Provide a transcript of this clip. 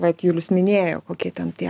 vat julius minėjo kokie ten tie